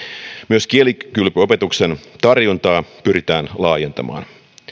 myös kielikylpyopetuksen tarjontaa pyritään laajentamaan